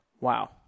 Wow